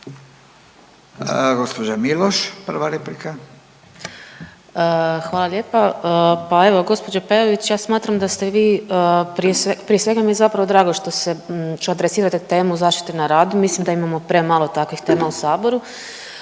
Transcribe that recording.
replika. **Miloš, Jelena (Možemo!)** Hvala lijepa. Pa evo gospođo Peović, ja smatram da ste vi, prije svega mi je zapravo drago što adresirate temu zaštite na radu. Mislim da imamo premalo takvih tema u Saboru.